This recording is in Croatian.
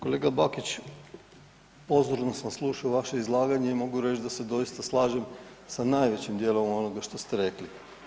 Kolega Bakić pozorno sam slušao vaše izlaganje i mogu reći da se doista slažem sa najvećim dijelom onoga što ste rekli.